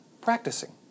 practicing